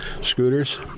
scooters